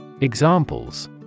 Examples